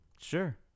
Sure